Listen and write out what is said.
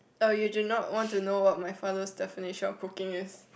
oh you do not want to know what my father's definition of cooking is